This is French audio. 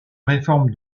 réforme